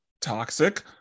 toxic